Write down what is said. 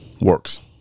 works